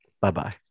Bye-bye